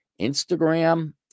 Instagram